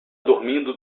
dormindo